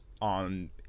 on